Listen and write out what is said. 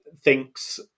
thinks